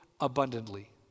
abundantly